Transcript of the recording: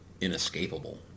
inescapable